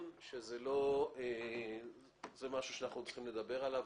זה משהו שאנחנו צריכים לדבר עליו,